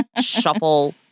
shuffle